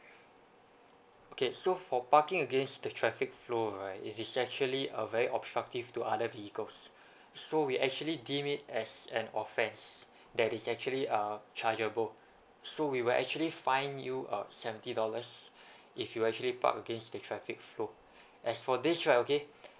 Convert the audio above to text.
okay so for parking against the traffic flow right it is actually a very obstructive to other vehicles so we actually deem it as an offence that is actually uh chargeable so we will actually fine you uh seventy dollars if you actually park against the traffic flow as for this right okay